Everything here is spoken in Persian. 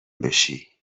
بشی